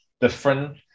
different